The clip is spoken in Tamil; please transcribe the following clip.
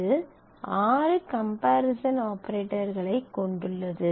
இது ஆறு கம்ஃப்பரீசன் ஆபரேட்டர்களைக் கொண்டுள்ளது